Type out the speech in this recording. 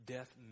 Death